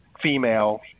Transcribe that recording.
Female